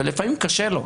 ולפעמים קשה לו,